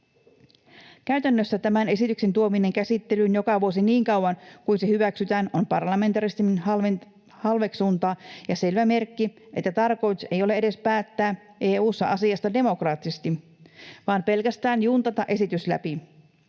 Käytännössä tämän esityksen tuominen käsittelyyn joka vuosi niin kauan, kunnes se hyväksytään, on parlamentarismin halveksuntaa ja selvä merkki, että tarkoitus ei edes ole päättää EU:ssa asiasta demokraattisesti vaan pelkästään juntata esitys läpi